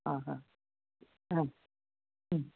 ಹಾಂ ಹಾಂ ಹಾಂ ಹ್ಞೂ